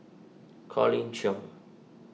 Colin Cheong